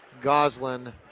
Goslin